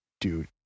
dude